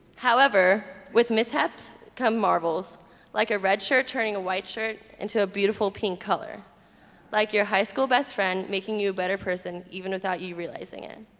however with mishaps come marvels like a red shirt turning a white shirt into a beautiful pink color like your high school best friend making you a better person even without you realizing it